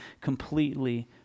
completely